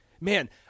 Man